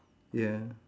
ya